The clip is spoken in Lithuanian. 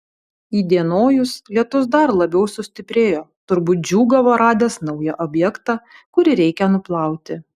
įdienojus lietus dar labiau sustiprėjo turbūt džiūgavo radęs naują objektą kurį reikia nuplauti